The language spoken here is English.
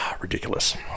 ridiculous